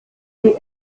die